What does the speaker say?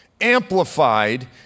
amplified